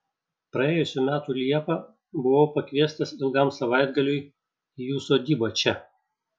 praėjusių metų liepą buvau pakviestas ilgam savaitgaliui į jų sodybą čia